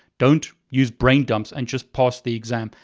don't use brain dumps and just pass the exam.